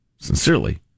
Sincerely